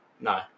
No